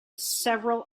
several